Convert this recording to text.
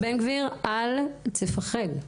בן גביר אל תפחד.